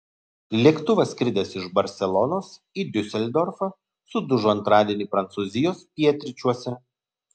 lėktuvas skridęs iš barselonos į diuseldorfą sudužo antradienį prancūzijos pietryčiuose